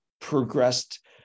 progressed